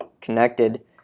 connected